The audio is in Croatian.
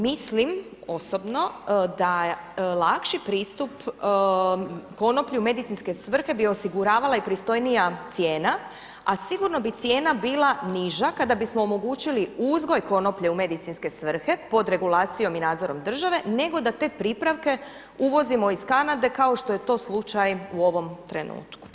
Mislim osobno da je lakši pristup konoplji u medicinske svrhe bi osiguravala i pristojnija cijena, a sigurno bi cijena bila niža kada bismo omogućili uzgoj konoplje u medicinske svrhe pod regulacijom i nadzorom države, nego da te pripravke uvozimo iz Kanade kao što je to slučaj u ovome trenutku.